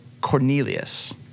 Cornelius